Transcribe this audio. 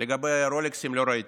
לגבי הרולקסים, לא ראיתי.